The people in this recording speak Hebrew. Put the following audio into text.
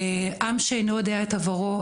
עם שאינו יודע את עברו,